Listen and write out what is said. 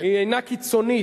היא אינה קיצונית,